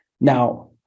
Now